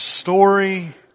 story